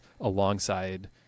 alongside